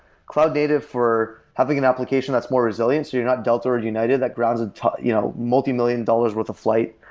cloud native for having an application that's more resilient so you're not delta or united that grounds ah you know multimillion dollars-worth of flight,